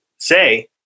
Say